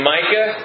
Micah